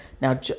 Now